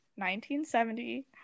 1970